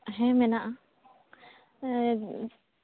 ᱦᱮᱸ ᱢᱮᱱᱟᱜᱼᱟ